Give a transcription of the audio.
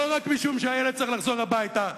לא רק משום שהילד צריך לחזור הביתה,